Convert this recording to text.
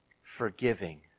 forgiving